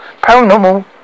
Paranormal